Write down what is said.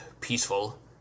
peaceful